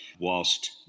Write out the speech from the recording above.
whilst